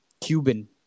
Cuban